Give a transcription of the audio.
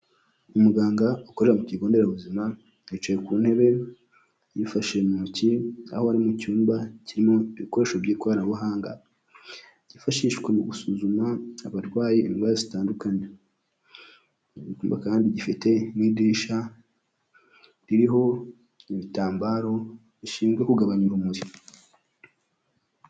Umuganga ukorera ku kigo nderabuzima, yicaye ku ntebe yifashe mu ntoki, aho ari mu cyumba kirimo ibikoresho by'ikoranabuhanga byifashishwa mu gusuzuma abarwayi indwara zitandukanye, iki cyumba kandi gifite n'idirishya ririho ibitambaro bishinzwe kugabanya urumuri.